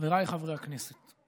חבריי חברי הכנסת,